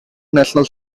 national